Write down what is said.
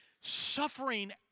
suffering